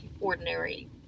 ordinary